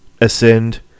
Ascend